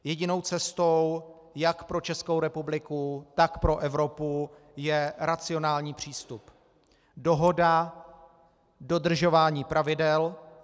Jedinou cestou jak pro Českou republiku, tak pro Evropu je racionální přístup dohoda, dodržování pravidel.